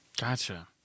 Gotcha